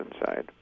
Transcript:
inside